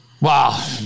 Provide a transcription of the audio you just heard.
Wow